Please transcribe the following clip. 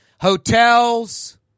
Hotels